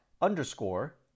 underscore